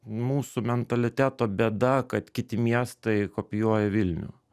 mūsų mentaliteto bėda kad kiti miestai kopijuoja vilnių